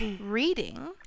reading